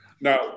Now